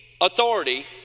authority